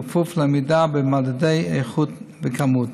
בכפוף לעמידה במדדי איכות וכמות.